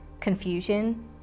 confusion